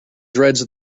dreads